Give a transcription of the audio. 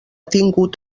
tingut